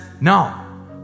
no